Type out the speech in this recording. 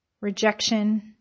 rejection